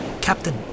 Captain